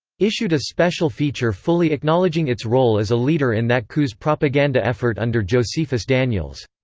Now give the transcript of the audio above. issued a special feature fully acknowledging its role as a leader in that coup's propaganda effort under josephus daniels.